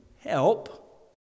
help